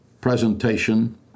presentation